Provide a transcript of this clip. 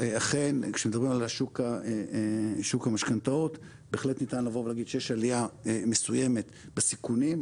כשמדברים על שוק המשכנתאות בהחלט ניתן להגיד שיש עלייה מסוימת בסיכונים,